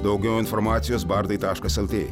daugiau informacijos bardai taškas el tė